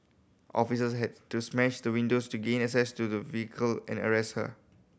officers had to smash the windows to gain access to the vehicle and arrest her